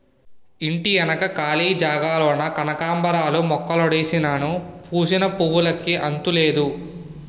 ఇంటెనక కాళీ జాగాలోన కనకాంబరాలు మొక్కలుడిసినాను పూసిన పువ్వులుకి అంతులేదు